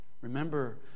Remember